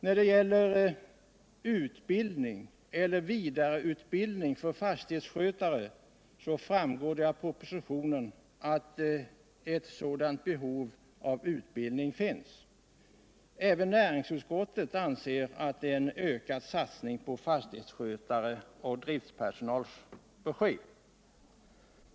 När det gäller utbildning eller vidareutbildning för fastighetsskötare framgår det av propositionen att ett sådant behov av utbildning finns. Även näringsutskottet anser att en ökad satsning på fastighetsskötare och driftpersonal bör ske.